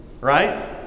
right